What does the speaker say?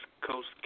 Coast